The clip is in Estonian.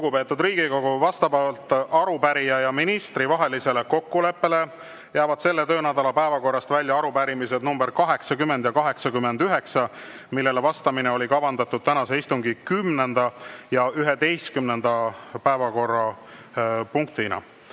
Lugupeetud Riigikogu! Vastavalt arupärija ja ministri vahelisele kokkuleppele jäävad selle töönädala päevakorrast välja arupärimised nr 80 ja 89, millele vastamine oli kavandatud tänase istungi 10. ja 11. päevakorrapunktiks.